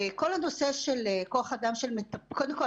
כל הנושא של כוח אדם של מטפלות קודם כול,